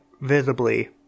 visibly